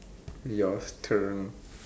your turn